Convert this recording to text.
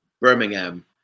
Birmingham